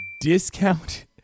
discount